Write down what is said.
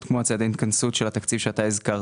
כמו צעדי ההתכנסות של התקציב שהזכרת,